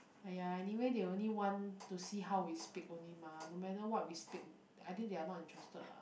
!aiya! anyway they only want to see how we speak only mah no matter what we speak I think they are not interested lah